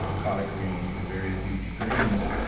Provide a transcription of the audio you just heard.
um collard greens and various leafy greens.